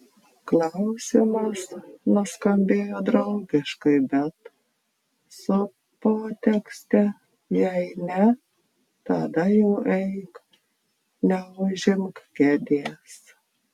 klausimas nuskambėjo draugiškai bet su potekste jei ne tada jau eik neužimk kėdės